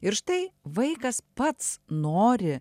ir štai vaikas pats nori